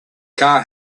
car